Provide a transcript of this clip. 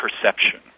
perception